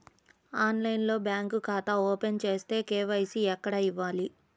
ఆన్లైన్లో బ్యాంకు ఖాతా ఓపెన్ చేస్తే, కే.వై.సి ఎక్కడ ఇవ్వాలి?